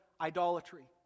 Idolatry